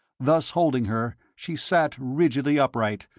thus holding her, she sat rigidly upright,